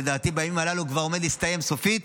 שלדעתי בימים האלה עומד להסתיים סופית